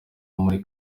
muri